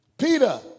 Peter